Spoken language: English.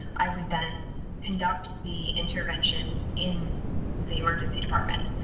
i would then conduct the intervention in the emergency department.